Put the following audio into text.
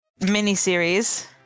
miniseries